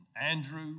Andrew